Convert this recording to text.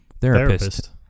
Therapist